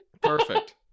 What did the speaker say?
Perfect